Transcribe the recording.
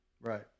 Right